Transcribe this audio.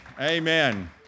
amen